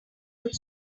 would